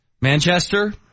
Manchester